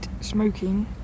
smoking